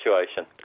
situation